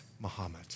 Muhammad